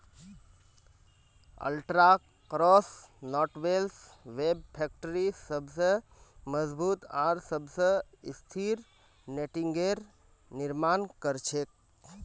ultra cross knotless web factory सबस मजबूत आर सबस स्थिर नेटिंगेर निर्माण कर छेक